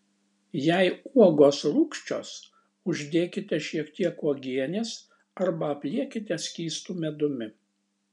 jei uogos rūgščios uždėkite šiek tiek uogienės arba apliekite skystu medumi